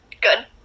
Good